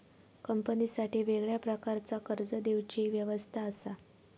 कंपनीसाठी वेगळ्या प्रकारचा कर्ज देवची व्यवस्था असा